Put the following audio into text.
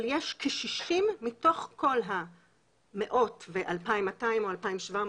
אבל יש כ-60 מתוך כל המאות או 2,200 או 2,700,